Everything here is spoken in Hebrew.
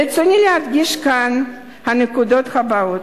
ברצוני להדגיש כאן את הנקודות הבאות: